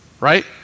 right